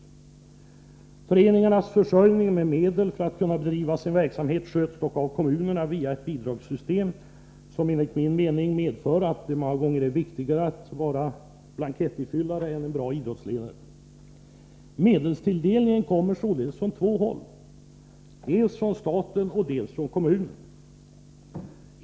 Medelsförsörjningen till föreningarna för att dessa skall kunna bedriva sin verksamhet sköts dock av kommunerna, via ett bidragssystem som enligt min mening medför att det är viktigare för en idrottsledare att vara en bra blankettifyllare än att vara en bra idrottsledare. Medelstilldelningen kommer således från två håll, dels från staten, dels från kommunerna.